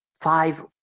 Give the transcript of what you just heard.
five